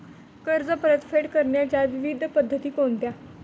कर्ज परतफेड करण्याच्या विविध पद्धती कोणत्या?